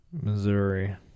Missouri